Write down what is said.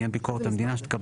את לא